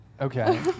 Okay